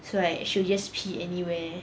so like she will just pee anywhere